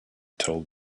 told